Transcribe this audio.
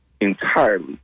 entirely